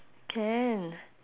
can